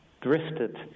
drifted